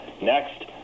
Next